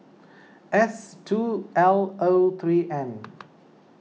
S two L O three N